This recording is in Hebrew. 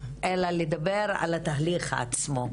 אלא לדבר על התהליך עצמו.